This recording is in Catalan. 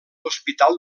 hospital